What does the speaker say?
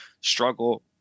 struggle